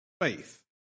faith